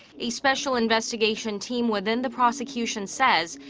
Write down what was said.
a special investigation team within the prosecution says.